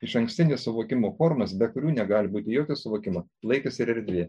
išankstinės suvokimo formos be kurių negali būti jokio suvokimo laikas ir erdvė